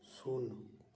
ᱥᱩᱱ